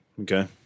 Okay